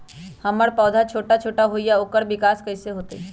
हमर पौधा छोटा छोटा होईया ओकर विकास कईसे होतई?